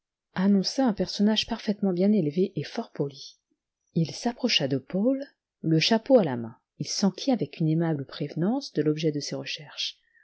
annonçaient un personnage parfaitement bien élevé et fort poli il s'approcha de paul le chapeau à la main il s'enquit avec une aimable prévenance de l'objet de ses recherches